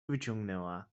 wyciągnęła